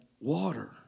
water